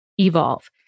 evolve